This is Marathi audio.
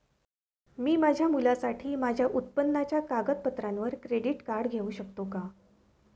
मी माझ्या मुलासाठी माझ्या उत्पन्नाच्या कागदपत्रांवर क्रेडिट कार्ड घेऊ शकतो का?